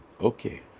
Okay